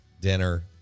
dinner